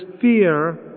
fear